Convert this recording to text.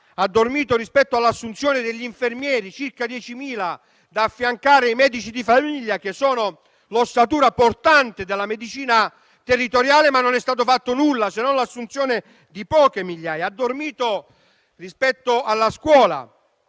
dormito rispetto all'assunzione degli infermieri, circa 10.000, da affiancare ai medici di famiglia, che sono l'ossatura portante della medicina territoriale. Non è stato fatto nulla, se non l'assunzione di poche migliaia. Ha dormito rispetto alla scuola.